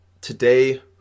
Today